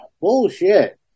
Bullshit